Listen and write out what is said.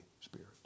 Spirit